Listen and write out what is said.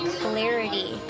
clarity